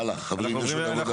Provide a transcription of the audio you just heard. הלאה, חברים, יש עוד עבודה.